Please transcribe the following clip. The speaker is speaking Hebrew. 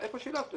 איפה הוא שילב.